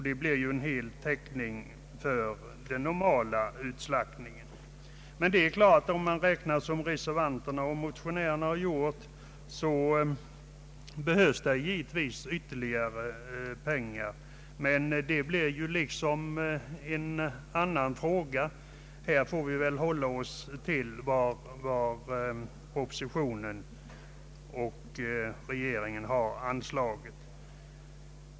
Det blir då full täckning för den normala utslaktningen. Om man räknar som reservanterna och motionärerna har gjort behövs det givetvis mera pengar, men det blir liksom en annan fråga. Här får vi väl hålla oss till vad utskottet och regeringen har föreslagit.